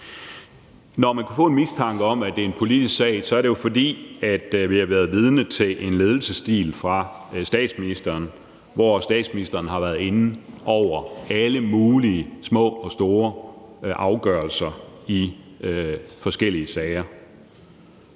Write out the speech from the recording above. Når man kan få en mistanke om, at det er en politisk sag, er det jo, fordi vi har været vidne til en ledelsesstil fra statsministeren, hvor statsministeren har været inde over alle mulige små og store afgørelser i forskellige sager.